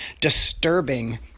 disturbing